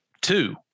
Two